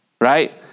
right